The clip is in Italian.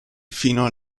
fino